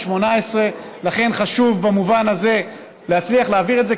2018. לכן חשוב במובן הזה להצליח להעביר את זה,